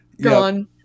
Gone